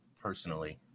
personally